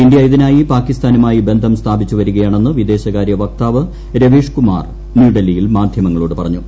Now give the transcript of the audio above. India ഇതിനായി പാകിസ്ഥാനുമായി ബന്ധം സ്ഥാപിച്ചുവരികയാണെന്ന് വിദേശകാര്യ വക്താവ് രവീഷ്കുമാർ ന്യൂഡൽഹിയിൽ മാധ്യമങ്ങളോട് പറഞ്ഞു